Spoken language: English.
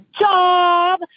job